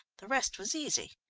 the rest was easy.